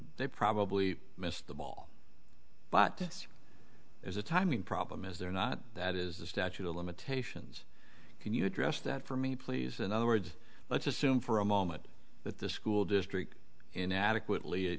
they probably missed the ball but this there's a timing problem is there not that is the statute of limitations can you address that for me please in other words let's assume for a moment that the school district in adequately